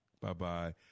Bye-bye